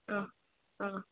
ஆ ஆ